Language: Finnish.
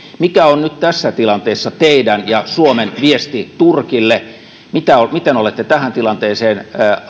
mikä on nyt tässä tilanteessa teidän ja suomen viesti turkille miten olette tähän tilanteeseen